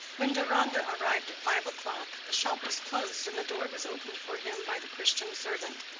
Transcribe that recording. when deronda arrived at five o'clock, the shop was closed and the door was opened for him by the christian servant.